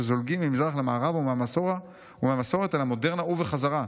שזולגים ממזרח למערב והמסורת אל המודרנה ובחזרה.